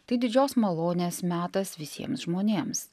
tai didžios malonės metas visiems žmonėms